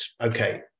okay